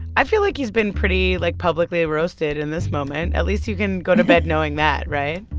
i feel like he's been pretty, like, publicly roasted in this moment. at least you can go to bed knowing that, right?